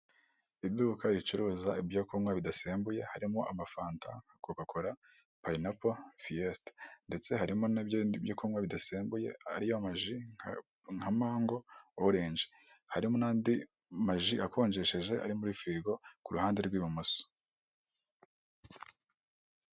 Mariyoti hoteli, ikaba ari ahantu heza hari amafu kuko hateye ibiti bizana akayaga; hakaba hari ubusitani bwiza cyane bunogeye ijisho, buri muntu wese wifuza kuyiraramo ataha anyuzwe.